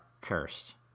cursed